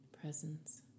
presence